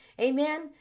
Amen